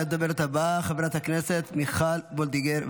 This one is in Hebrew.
הדוברת הבאה היא חברת הכנסת מיכל וולדיגר.